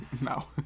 No